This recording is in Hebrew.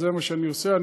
זה מה שאני עושה.